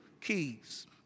keys